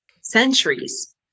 centuries